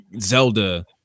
Zelda